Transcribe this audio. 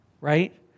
right